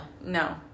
no